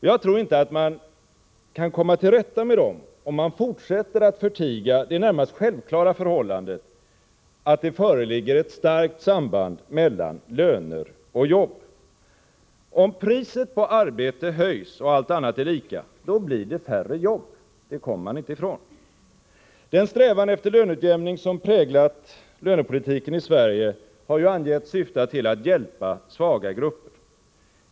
Jag tror inte att man kan komma till rätta med dem om man fortsätter att förtiga det närmast självklara förhållandet att det föreligger ett starkt samband mellan löner och jobb. Om priset på arbete höjs och allt annat förblir oförändrat blir det färre jobb. Det kommer man inte ifrån. Den strävan efter löneutjämning som präglat lönepolitiken i Sverige har syftat till att hjälpa svaga grupper.